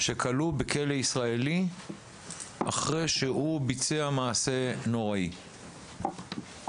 שכלוא בכלא ישראלי אחרי שהוא ביצע מעשה נוראי; מה